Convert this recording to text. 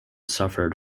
suffered